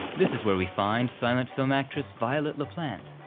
this is where we find silent film actress violet la plante.